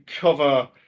cover